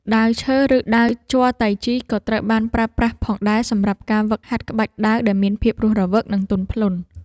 ដាវឈើ ឬដាវជ័រតៃជី ក៏ត្រូវបានប្រើប្រាស់ផងដែរសម្រាប់ការហ្វឹកហាត់ក្បាច់ដាវដែលមានភាពរស់រវើក និងទន់ភ្លន់។